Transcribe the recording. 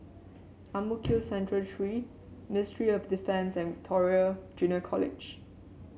Ang Mo Kio Central Three Ministry of Defence and Victoria Junior College